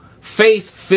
faith